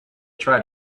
tried